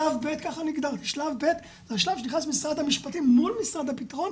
שלב ב' זה השלב שנכנס משרד המשפטים מול משרד הבטחון,